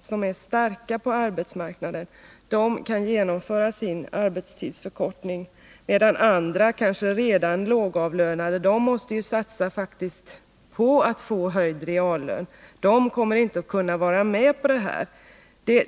som är starka på arbetsmarknaden och de starka fackföreningarna kan genomföra sin arbetstidsförkortning, medan andra som kanske är lågavlönade och måste satsa på att få höjd reallön, inte kommer att kunna få någon arbetstidsförkortning.